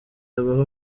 abahe